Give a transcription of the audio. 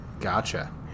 Gotcha